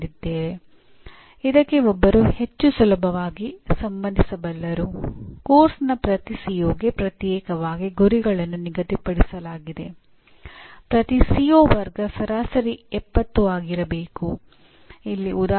program ಔಟ್ಕಮ್ಗಳಿಗೆ ಗುರುತಿಸಿದೆ ಮತ್ತು ಎಲ್ಲಾ ಎಂಜಿನಿಯರಿಂಗ್ ಕಾರ್ಯಕ್ರಮಗಳಿಗೆ ಅನ್ವಯಿಸುತ್ತದೆ